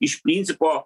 iš principo